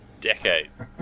decades